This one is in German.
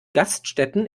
gaststätten